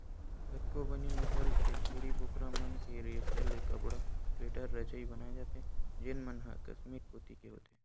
कतको बने नसल के छेरी बोकरा मन के रेसा ले कपड़ा, स्वेटर, रजई बनाए जाथे जेन मन ह कस्मीर कोती के होथे